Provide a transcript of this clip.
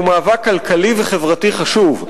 המאבק הזה הוא מאבק כלכלי וחברתי חשוב,